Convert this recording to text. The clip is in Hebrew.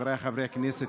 חבריי חברי הכנסת,